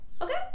okay